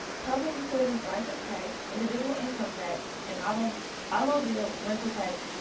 public utilities license tax. individual income tax. and automobile automobile rental tax.